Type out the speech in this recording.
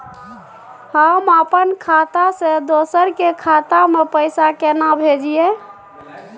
हम अपन खाता से दोसर के खाता में पैसा केना भेजिए?